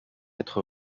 être